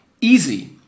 easy